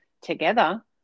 together